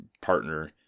partner